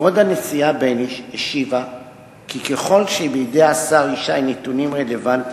כבוד הנשיאה בייניש השיבה כי ככל שבידי השר ישי נתונים רלוונטיים,